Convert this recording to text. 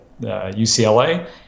UCLA